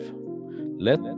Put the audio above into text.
Let